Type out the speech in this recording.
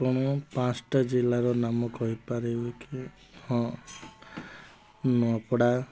ଆପଣ ପାଞ୍ଚଟା ଜିଲ୍ଲାର ନାମ କହିପାରିବେ କି ହଁ ନୂଆପଡ଼ା